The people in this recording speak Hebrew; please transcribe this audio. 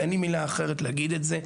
אין לי מילה אחרת כדי להגיד את זה.